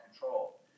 control